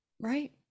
Right